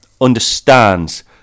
understands